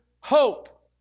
hope